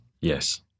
yes